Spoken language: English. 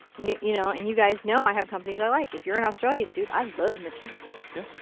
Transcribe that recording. yeah you know. and you guys know i have companies i like. if you're in australia, dude, i love matisse. yeah.